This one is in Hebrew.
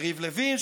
יריב לוין,